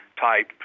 type